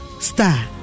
Star